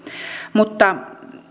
mutta